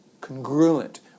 congruent